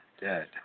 Dead